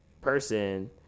person